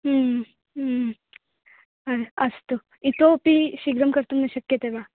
अस्तु इतोपि शीघ्रं कर्तुं न शक्यते वा